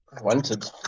wanted